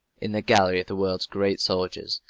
in the gallery of the world's great soldiers,